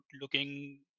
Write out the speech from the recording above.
looking